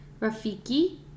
Rafiki